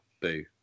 boo